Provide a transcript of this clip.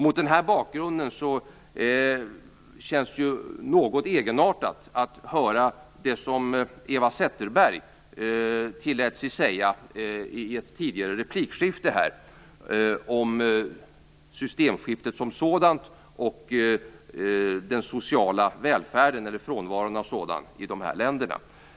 Mot den här bakgrunden känns det något egenartat att höra det som Eva Zetterberg tillät sig säga i ett tidigare replikskifte om systemskiftet som sådant och om frånvaron av den sociala välfärden i de här länderna.